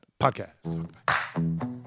Podcast